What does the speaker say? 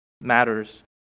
matters